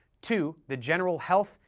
two, the general health,